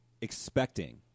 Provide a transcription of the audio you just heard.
expecting